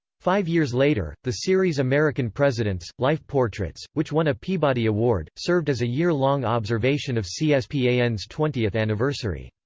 five years later, the series american presidents life portraits, which won a peabody award, served as a year-long observation of c-span's twentieth anniversary.